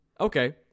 Okay